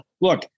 look